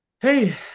hey